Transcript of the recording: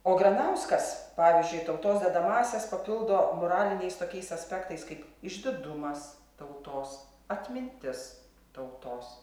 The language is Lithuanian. o granauskas pavyzdžiui tautos dedamąsias papildo moraliniais tokiais aspektais kaip išdidumas tautos atmintis tautos